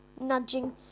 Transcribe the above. nudging